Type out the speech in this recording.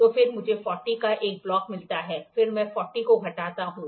तो फिर मुझे ४० का एक ब्लॉक मिलता है फिर मैं ४० को घटाता हूँ